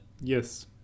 Yes